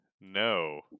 no